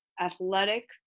athletic